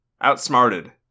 Outsmarted